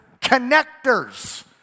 connectors